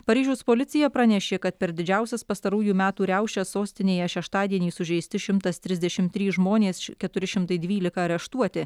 paryžiaus policija pranešė kad per didžiausias pastarųjų metų riaušes sostinėje šeštadienį sužeisti šimtas trisdešimt trys žmonės keturi šimtai dvylika areštuoti